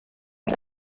und